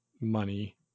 money